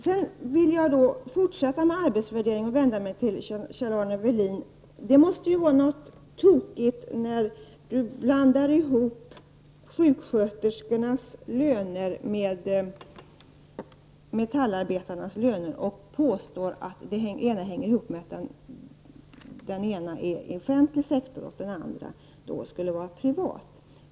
Jag vill stanna kvar vid arbetsvärderingen och då vända mig till Kjell-Arne Wellin. Det måste vara något fel när han talar om skillnaderna mellansjuksköterskornas och metallarbetarnas löner och påstår att de hänger ihop med att den ena gruppen tillhör den offentliga sektorn och den andra den privata.